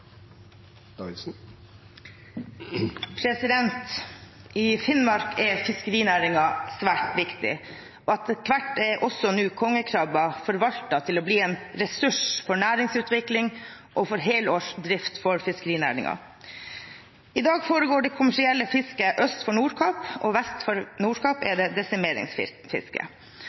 I Finnmark er fiskerinæringen svært viktig. Etter hvert er også kongekrabben forvaltet til å bli en ressurs for næringsutvikling og for helårsdrift for fiskerinæringen. I dag foregår det kommersielle fisket øst for Nordkapp, og vest for Nordkapp er det